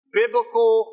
biblical